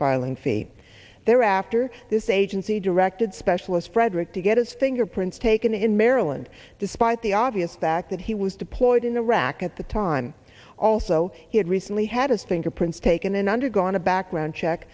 filing fee there after this agency directed specialist frederick to get his fingerprints taken in maryland despite the obvious fact that he was deployed in iraq at the time also he had recently had a stinger prince taken and undergone a background check